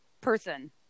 person